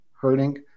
hurting